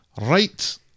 Right